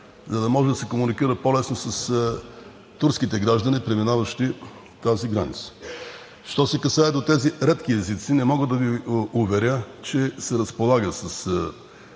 за да може да се комуникира по-лесно с турските граждани, преминаващи тази граница. Що се отнася до тези редки езици, не мога да Ви уверя, че се разполага с